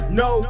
no